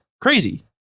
Crazy